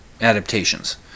adaptations